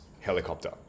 helicopter